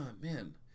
man